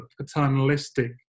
paternalistic